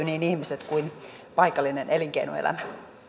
niin ihmiset kuin paikallinen elinkeinoelämä